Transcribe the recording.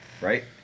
Right